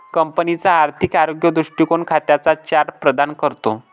कंपनीचा आर्थिक आरोग्य दृष्टीकोन खात्यांचा चार्ट प्रदान करतो